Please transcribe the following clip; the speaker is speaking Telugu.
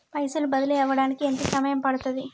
పైసలు బదిలీ అవడానికి ఎంత సమయం పడుతది?